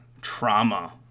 trauma